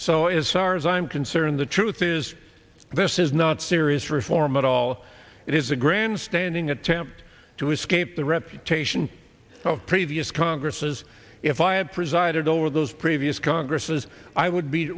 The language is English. so as far as i'm concerned the truth is this is not serious reform at all it is a grandstanding attempt to escape the reputation of previous congresses if i have presided over those previous congresses i would be